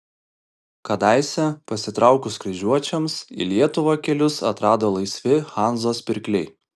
kadaise pasitraukus kryžiuočiams į lietuvą kelius atrado laisvi hanzos pirkliai